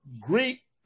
Greek